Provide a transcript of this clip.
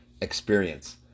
experience